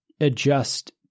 adjust